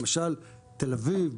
למשל תל אביב,